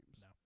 No